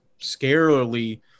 scarily